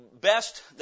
best